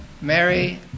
Mary